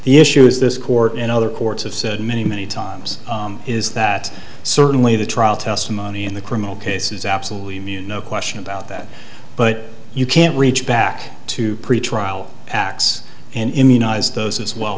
the issue is this court and other courts have said many many times is that certainly the trial testimony in the criminal case is absolutely knew no question about that but you can't reach back to pretrial acts and immunize those as well